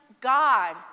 God